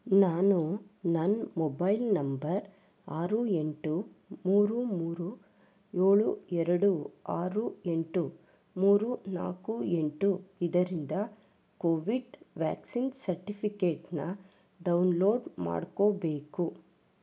ನಾನು ನನ್ನ mobile number ಆರು ಎಂಟು ಮೂರು ಮೂರು ಏಳು ಎರಡು ಆರು ಎಂಟು ಮೂರು ನಾಲ್ಕು ಎಂಟು ಇದರಿಂದ ಕೋವಿಡ್ ವ್ಯಾಕ್ಸಿನ್ ಸರ್ಟಿಫಿಕೇಟನ್ನ ಡೌನ್ಲೋಡ್ ಮಾಡ್ಕೋಬೇಕು